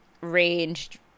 ranged